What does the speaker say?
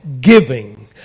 giving